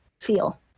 feel